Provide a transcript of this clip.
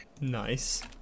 Nice